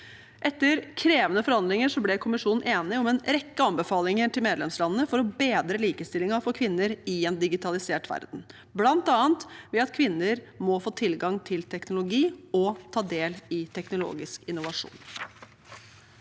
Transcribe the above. Etter krevende forhandlinger ble kommisjonen enige om en rekke anbefalinger til medlemslandene for å bedre likestillingen for kvinner i en digitalisert verden, bl.a. ved at kvinner må få tilgang til teknologi og ta del i teknologisk innovasjon.